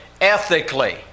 ethically